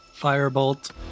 Firebolt